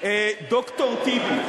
ד"ר טיבי,